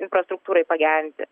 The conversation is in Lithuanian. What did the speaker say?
infrastruktūrai pagerinti